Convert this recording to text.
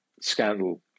scandal